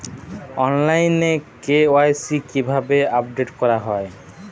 অনলাইনে কে.ওয়াই.সি কিভাবে আপডেট করা হয়?